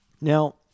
Now